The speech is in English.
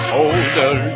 older